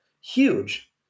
huge